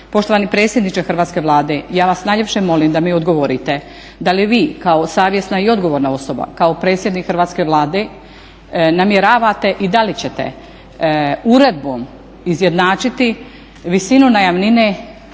Poštovani predsjedniče Hrvatske Vlade, ja vas najljepše molim da mi odgovorite da li vi kao savjesna i odgovorna osoba, kao predsjednik Hrvatske Vlade namjeravate i da li ćete uredbom izjednačiti visinu najamnine